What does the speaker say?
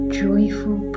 joyful